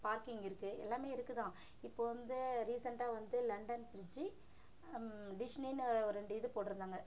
parking இருக்கு எல்லாம் இருக்கு தான் இப்போது வந்து ரீசெண்டாக வந்து லண்டன் பிரிட்ஜி டிஸ்னின்னு ஒரு ரெண்டு இது போட்டுருந்தாங்க